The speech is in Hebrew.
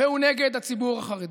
והוא נגד הציבור החרדי.